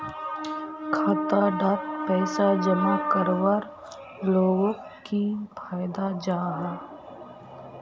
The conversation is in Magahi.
खाता डात पैसा जमा करवार लोगोक की फायदा जाहा?